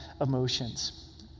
emotions